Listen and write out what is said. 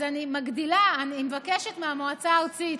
אז אני מגדילה, אני מבקשת מהמועצה הארצית